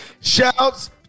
Shouts